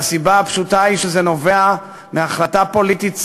והסיבה הפשוטה היא שזה נובע מהחלטה פוליטית צינית,